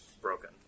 Broken